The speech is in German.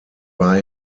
war